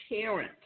parent